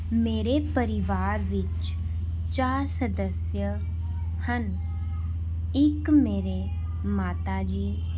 ਮੇਰੇ ਪਰਿਵਾਰ ਵਿੱਚ ਚਾਰ ਸਦੱਸਿਆ ਹਨ ਇੱਕ ਮੇਰੇ ਮਾਤਾ ਜੀ